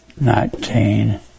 nineteen